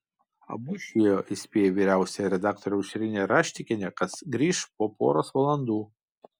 abu išėjo įspėję vyriausiąją redaktorę aušrinę raštikienę kad grįš po poros valandų